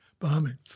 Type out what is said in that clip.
bombings